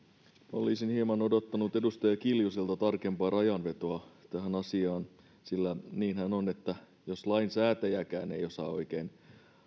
olisin hieman odottanut edustaja kiljuselta tarkempaa rajanvetoa tähän asiaan sillä niinhän on että jos lainsäätäjäkään ei osaa oikein